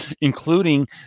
including